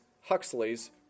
Huxley's